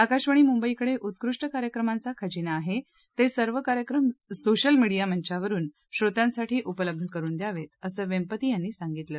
आकाशवाणी मुंबईकडे उत्कृष्ट कार्यक्रमांचा खजिना आहे ते सर्व कार्यक्रम सोशल मिडिया मंचावरून श्रोत्यांसाठी उपलब्ध करून द्यावेत असं वेंपती यांनी यावेळी सांगितलं